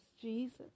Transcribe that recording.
Jesus